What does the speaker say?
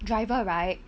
driver right